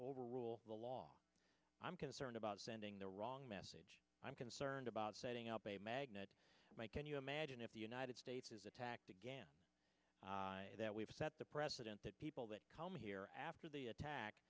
overrule the law i'm concerned about sending the wrong message i'm concerned about setting up a magnet mike can you imagine if the united states is attacked again that we've set the precedent that people that come here after the attack